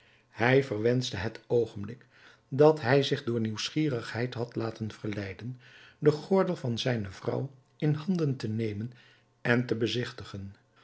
hij verwenschte het oogenblik dat hij zich door nieuwsgierigheid had laten verleiden den gordel van zijne vrouw in handen te nemen en te bezigtigen